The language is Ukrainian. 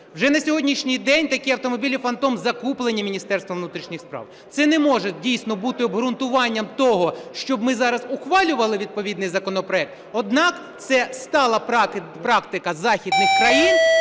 Вже на сьогоднішній день такі автомобілі "фантом" закуплені Міністерством внутрішніх справ. Це не може дійсно бути обґрунтуванням того, щоб ми зараз ухвалювали відповідний законопроект. Однак це стала практика західних країн